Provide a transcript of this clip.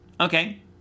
Okay